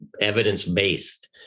evidence-based